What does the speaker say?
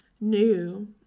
new